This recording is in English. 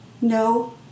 No